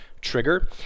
trigger